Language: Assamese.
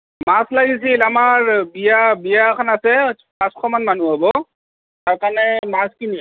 মাছ লাগিছিল আমাৰ বিয়া বিয়া এখন আছে পাঁচশমান মানুহ হ'ব তাৰ কাৰণে মাছ কিনিম